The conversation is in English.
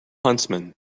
huntsman